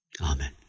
Amen